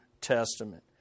Testament